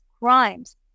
crimes